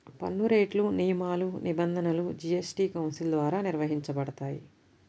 పన్నురేట్లు, నియమాలు, నిబంధనలు జీఎస్టీ కౌన్సిల్ ద్వారా నిర్వహించబడతాయి